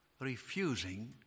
refusing